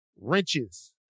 wrenches